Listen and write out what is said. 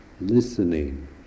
listening